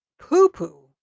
poo-poo